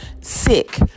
sick